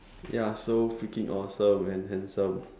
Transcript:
you're so freaking awesome and handsome